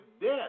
death